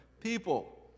people